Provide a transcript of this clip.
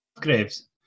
Graves